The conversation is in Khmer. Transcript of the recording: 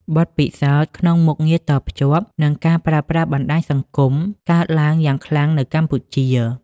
បទពិសោធន៍ក្នុងមុខងារតភ្ជាប់ និងការប្រើប្រាស់បណ្តាញសង្គមកើតឡើងយ៉ាងខ្លាំងនៅកម្ពុជា។